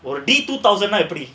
forty two thousand nine